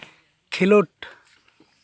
ᱠᱷᱮᱞᱳᱰ